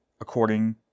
according